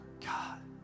God